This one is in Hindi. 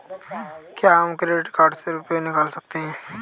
क्या हम क्रेडिट कार्ड से रुपये निकाल सकते हैं?